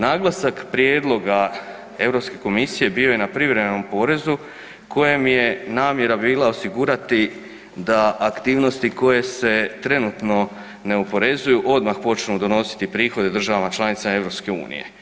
Naglasak prijedloga Europske komisije bio je na privremenom porezu kojem je namjera bila osigurati da aktivnosti koje se trenutno ne oporezuju odmah počnu donositi prihode državama članica EU.